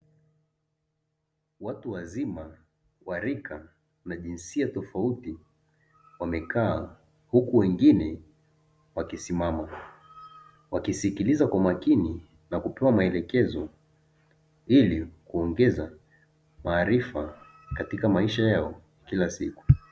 Watu wazima wa rika na jinsia tofauti wamekaa huku wengine wakisimama, wakimsikiliza kwa makini na kupewa maelekezo ili kuongeza maarifa katika maisha yao kila siku.